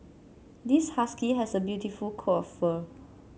this husky has a beautiful coat of fur